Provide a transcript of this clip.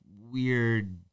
weird